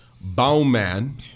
Bowman